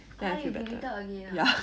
!huh! you deleted again ah